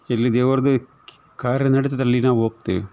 ಎಲ್ಲಿ ದೇವರದು ಕಾರ್ಯ ನಡೀತದಲ್ಲಿ ನಾವು ಹೋಗ್ತಿವಿ